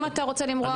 אם אתה רוצה למרוח,